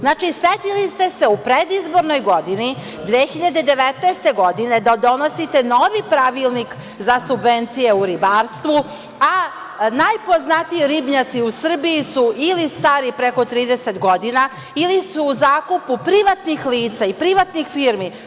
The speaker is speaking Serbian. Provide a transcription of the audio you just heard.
Znači, setili ste se u predizbornoj godini, 2019. godine, da donosite novi pravilnik za subvencije u ribarstvu, a najpoznatiji ribnjaci u Srbiji su ili stari preko 30 godina ili su u zakupu privatnih lica i privatnih firmi.